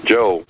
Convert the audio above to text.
Joe